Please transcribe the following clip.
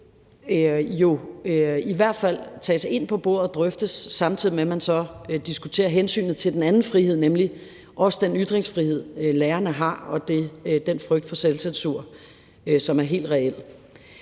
i hvert fald tages ind på bordet og drøftes, samtidig med at man så diskuterer hensynet til den anden frihed, nemlig den ytringsfrihed, lærerne har, og den frygt for selvcensur, som er helt reel.